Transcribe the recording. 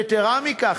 יתרה מכך,